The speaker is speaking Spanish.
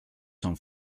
son